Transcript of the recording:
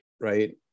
right